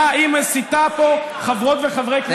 היא מסיתה פה חברות וחברי כנסת לצאת מהדיון,